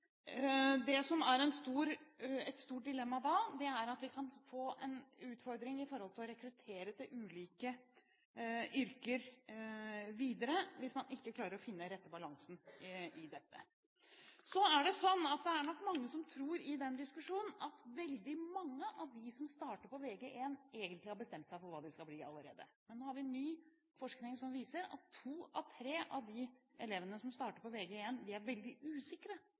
det som er et stort dilemma hvis vi ikke klarer å finne den rette balansen i dette, er at vi kan få en utfordring når det gjelder å rekruttere til ulike yrker videre. Så er det sånn at det nok er mange som i den diskusjonen tror at veldig mange av dem som starter på Vg1, egentlig har bestemt seg for hva de skal bli allerede. Men nå har vi ny forskning som viser at to av tre av de elevene som starter på Vg1, er veldig usikre på hva de skal velge. Derfor er